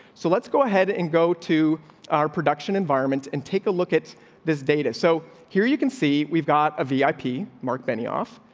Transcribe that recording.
so let's go ahead and go to our production environment and take a look at this data. so here you can see we've got a v i p marc benioff.